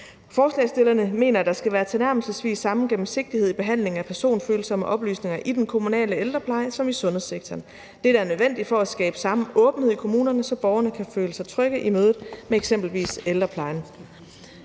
Forslagsstillerne mener, at der skal være tilnærmelsesvis samme gennemsigtighed i behandlingen af personfølsomme oplysninger i den kommunale ældrepleje som i sundhedssektoren. Dette er nødvendigt for at skabe samme åbenhed i kommunerne, så borgerne kan føle sig trygge i mødet med eksempelvis ældreplejen.